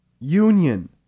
union